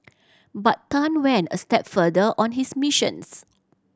but Tan went a step further on his missions